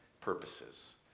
purposes